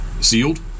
sealed